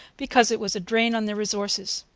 because it was a drain on their resources.